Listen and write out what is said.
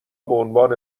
بعنوان